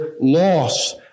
loss